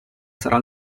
sarà